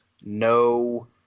no